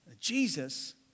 Jesus